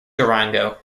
durango